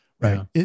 Right